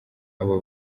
aba